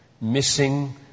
missing